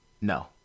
no